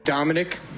Dominic